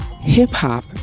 Hip-hop